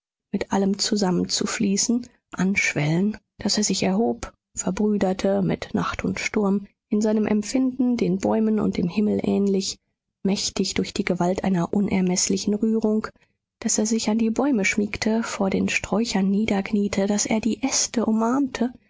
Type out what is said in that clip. mit allem zusammenzufließen anschwellen daß er sich erhob verbrüdert mit nacht und sturm in seinem empfinden den bäumen und dem himmel ähnlich mächtig durch die gewalt einer unermeßlichen rührung daß er sich an die bäume schmiegte vor den sträuchern niederkniete daß er die äste umarmte